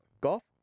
Golf